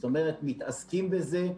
זאת אומרת, מתעסקים בזה,